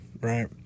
right